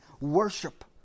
Worship